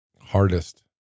hardest